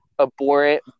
abhorrent